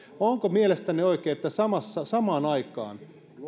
onko mielestänne oikein että samaan aikaan